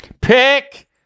Pick